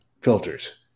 filters